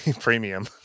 premium